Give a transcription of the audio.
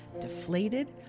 deflated